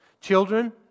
Children